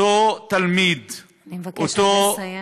אותו תלמיד, אני מבקשת לסיים.